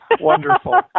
Wonderful